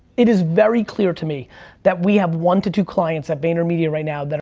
it is very clear to me that we have one to two clients at vaynermedia right now that are,